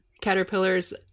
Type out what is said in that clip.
caterpillars